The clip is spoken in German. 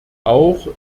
auch